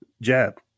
Jab